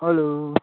hello